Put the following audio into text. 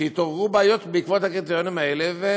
התעוררו בעיות בעקבות הקריטריונים האלה.